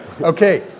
okay